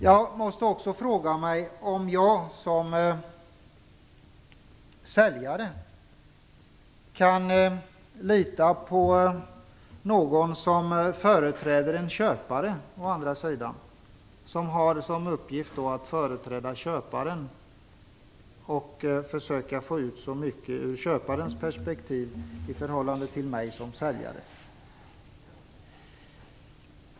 Jag undrar också om jag som säljare kan lita på den som företräder en köpare och som alltså har i uppgift att företräda köparen och försöka få ut så mycket som möjligt från köparens perspektiv i förhållande till mig som säljare.